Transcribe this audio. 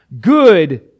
good